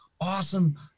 Awesome